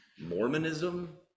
Mormonism